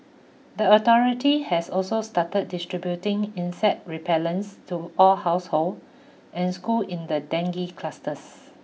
the authority has also started distributing insect repellents to all household and school in the dengue clusters